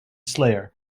slayer